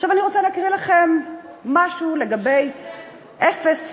עכשיו, אני רוצה להקריא לכם משהו לגבי מע"מ אפס